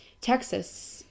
Texas